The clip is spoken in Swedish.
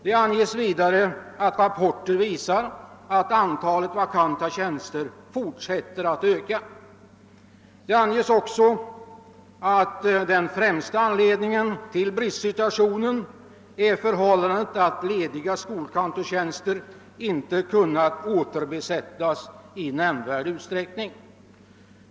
Det anges vidare att rapporter visar att antalet vakanta tjänster fortsätter att stiga. Dessutom anges att den främsta anledningen till bristsituationen är det förhållandet att lediga skolkantorstjänster inte kunnat återbesättas i nämnvärd utsträckning.